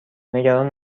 نگران